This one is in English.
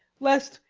lest,